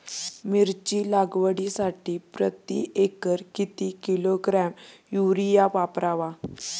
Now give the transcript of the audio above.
मिरची लागवडीसाठी प्रति एकर किती किलोग्रॅम युरिया वापरावा?